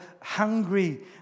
hungry